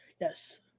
Yes